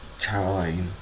Caroline